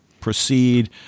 proceed